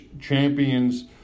champions